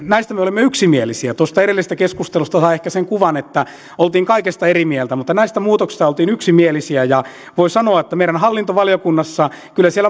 näistä muutoksista me olemme yksimielisiä tuosta edellisestä keskustelusta sai ehkä sen kuvan että olimme kaikesta eri mieltä mutta näistä muutoksista olimme yksimielisiä voi sanoa että kyllä meidän hallintovaliokunnassa